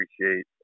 appreciate